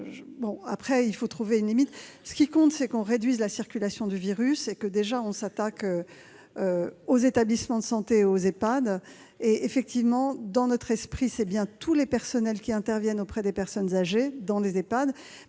le public. Il faut bien trouver une limite. Ce qui compte, c'est que l'on réduise la circulation du virus, que l'on s'attaque aux établissements de santé et aux EHPAD. Je le confirme, dans notre esprit, ce sont bien tous les personnels intervenant auprès des personnes âgées dans les EHPAD